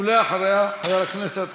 ואחריה, חבר הכנסת